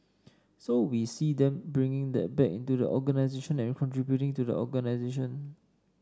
so we see them bringing that back into the organisation and contributing to the organisation